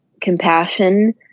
compassion